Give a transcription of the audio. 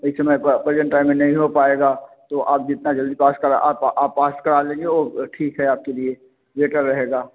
इस समय present time में नहीं हो पाएगा तो आप जितना जल्दी पास करा आप आप करा देंगे वह ठीक है आपके लिए बेहतर रहेगा